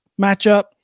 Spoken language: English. matchup